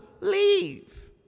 leave